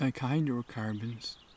hydrocarbons